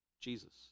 Jesus